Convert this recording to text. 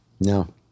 No